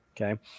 okay